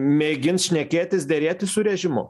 mėgins šnekėtis derėtis su režimu